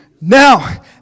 Now